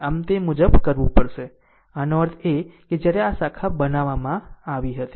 આમ તે મુજબ કરવું પડશે આનો અર્થ એ કે ક્યારે આ શાખા બનાવવામાં આવી હતી